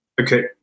okay